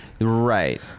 right